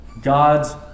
God's